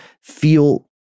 feel